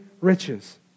riches